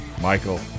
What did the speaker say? Michael